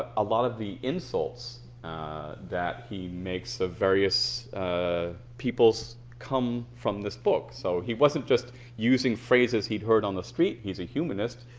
ah a lot of the insults that he makes of various ah people's come from this book. so he wasn't just using phrases he had heard on the street. he's a humanist.